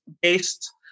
based